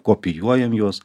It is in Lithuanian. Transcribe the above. kopijuojam juos